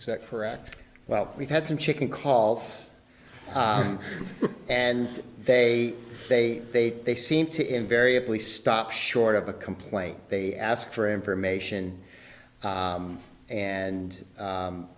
is that correct well we've had some chicken calls and they they they they seem to invariably stop short of a complaint they ask for information and